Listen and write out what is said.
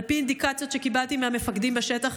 על פי אינדיקציות שקיבלתי מהמפקדים בשטח,